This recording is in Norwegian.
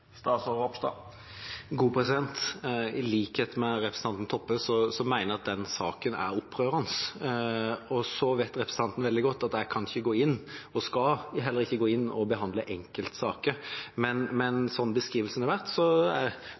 I likhet med representanten Toppe mener jeg at den saken er opprørende. Representanten vet veldig godt at jeg ikke kan og ikke skal gå inn og behandle enkeltsaker, men slik det er beskrevet, mener jeg at vi ikke ivaretar den gutten på en god nok måte. Jeg er